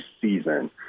season